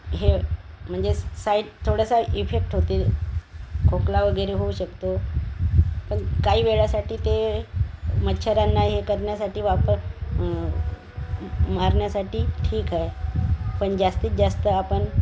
हे म्हणजे साईड थोडंसा इफेक्ट होते खोकला वगैरे होऊ शकतो पण काही वेळासाठी ते मच्छरांना हे करण्यासाठी वापर मारण्यासाठी ठीक आहे पण जास्तीत जास्त आपण